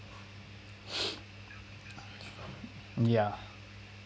ya